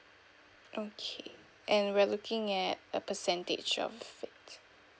okay and we're looking at a percentage of it